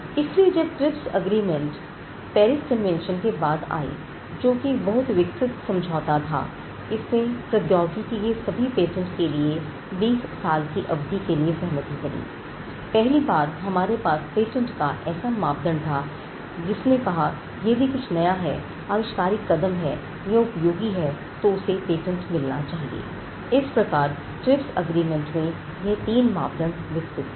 इसलिए जब ट्रिप्स समझौता में यह तीन मापदंड विकसित हुए